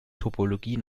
topologie